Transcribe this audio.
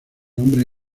nombre